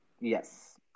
Yes